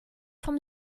vom